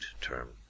term